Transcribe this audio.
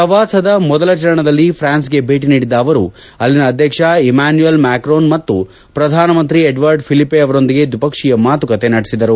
ಪ್ರವಾಸದ ಮೊದಲ ಚರಣದಲ್ಲಿ ಪ್ರಾನ್ಗೆ ಭೇಟಿ ನೀಡಿದ್ದ ಅವರು ಅಲ್ಲಿನ ಅಧ್ಯಕ್ಷ ಇಮಾನುಲ್ ಮ್ಯಾಕ್ರೊನ್ ಮತ್ತು ಪ್ರಧಾನಮಂತ್ರಿ ಎಡ್ವರ್ಡ್ ಫಿಲಿಪೆ ಅವರೊಂದಿಗೆ ದ್ವಿಪಕ್ಷೀಯ ಮಾತುಕತೆ ನಡೆಸಿದರು